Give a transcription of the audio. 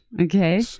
Okay